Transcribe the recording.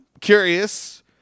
curious